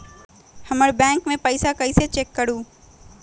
हमर बैंक में पईसा कईसे चेक करु?